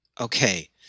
okay